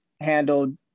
handled